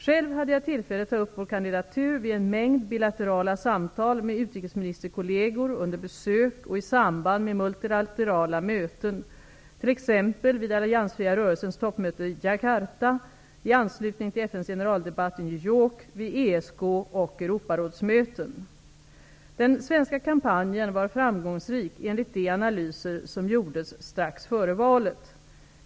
Själv hade jag tillfälle ta upp vår kandidatur vid en mängd bilaterala samtal med utrikesministerkollegor under besök och i samband med multilaterala möten, t.ex. vid alliansfria rörelsens toppmöte i Jakarta, i anslutning till FN:s generaldebatt i New York, vid ESKoch Den svenska kampanjen var framgångsrik enligt de analyser som gjordes strax före valet.